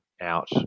out